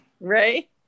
Right